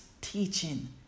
teaching